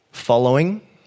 following